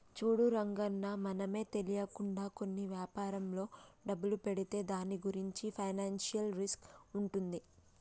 చూడు రంగన్న మనమే తెలియకుండా కొన్ని వ్యాపారంలో డబ్బులు పెడితే దాని గురించి ఫైనాన్షియల్ రిస్క్ ఉంటుంది